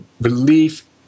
relief